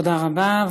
תודה רבה.